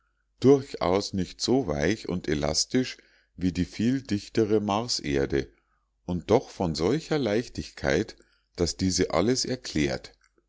durchaus nicht so weich und elastisch wie die viel dichtere marserde und doch von solcher leichtigkeit daß diese alles erklärt